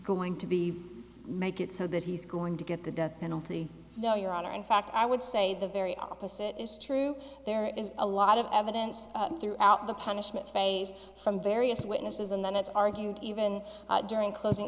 going to be make it so that he's going to get the death penalty no your honor in fact i would say the very opposite is true there is a lot of evidence throughout the punishment phase from various witnesses and then it's argued even during closing